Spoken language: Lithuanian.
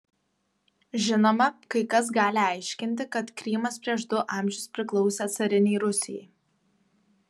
žinoma kai kas gali aiškinti kad krymas prieš du amžius priklausė carinei rusijai